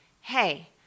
Hey